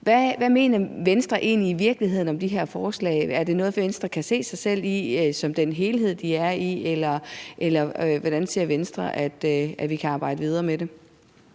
Hvad mener Venstre egentlig i virkeligheden om det her forslag? Er det noget, Venstre kan se sig selv i som den helhed, de er i? Eller hvordan ser Venstre at vi kan arbejde videre med det?